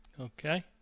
Okay